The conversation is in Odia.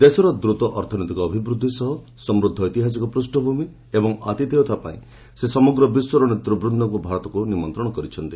ଦେଶର ଦ୍ରତ ଅର୍ଥନୈତିକ ଅଭିବୃଦ୍ଧି ସହ ସମୃଦ୍ଧ ଐତିହାସିକ ପୃଷ୍ଣଭୂମି ଏବଂ ଆତିଥେୟତା ପାଇଁ ସେ ସମଗ୍ର ବିଶ୍ୱର ନେତୃବ୍ଦଙ୍କୁ ଭାରତକୁ ନିମନ୍ତ୍ରଣ କରିଛନ୍ତି